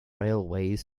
railways